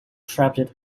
trapped